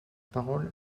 parole